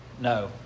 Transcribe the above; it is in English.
No